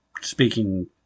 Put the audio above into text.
speaking